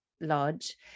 lodge